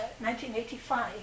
1985